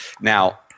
Now